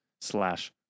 slash